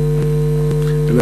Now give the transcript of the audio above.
זיכרונו לברכה,